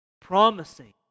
promising